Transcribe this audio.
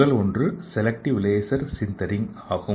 முதல் ஒன்று selective laser sintering ஆகும்